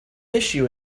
issue